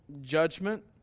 judgment